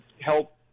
help